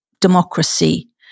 democracy